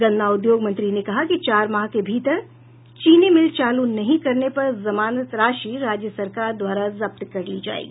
गन्ना उद्योग मंत्री ने कहा कि चार माह के भीतर चीनी मिल चालू नहीं करने पर जमानत राशि राज्य सरकार द्वारा जब्त कर ली जायेगी